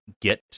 get